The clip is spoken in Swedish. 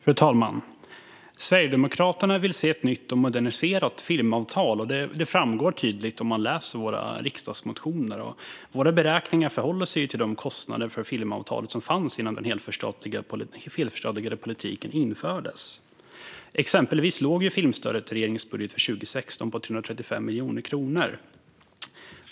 Fru talman! Sverigedemokraterna vill se ett nytt och moderniserat filmavtal. Det framgår tydligt av våra riksdagsmotioner. Våra beräkningar förhåller sig till de kostnader för filmavtalet som fanns innan den helförstatligade politiken infördes. Exempelvis låg filmstödet i regeringens budget för 2016 på 335 miljoner kronor.